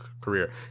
career